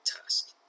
task